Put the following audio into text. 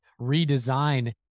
redesign